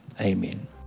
amen